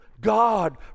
God